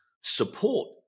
Support